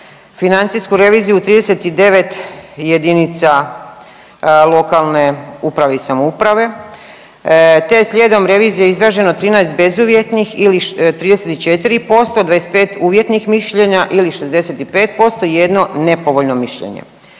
financijsku reviziju u 39 jedinica lokalne uprave i samouprave, te je slijedom revizije izraženo 13 bezuvjetnih ili 34%, 25 uvjetnih mišljenja ili 65%, jedno nepovoljno mišljenje.